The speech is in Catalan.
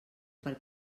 per